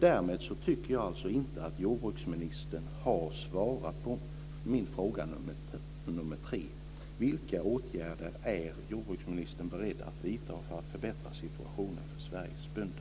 Därmed tycker jag inte att jordbruksministern har svarat på min fråga nr 3: Vilka åtgärder är jordbruksministern beredd att vidta för att förbättra situationen för Sveriges bönder?